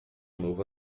novo